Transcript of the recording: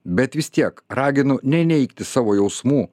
bet vis tiek raginu neneigti savo jausmų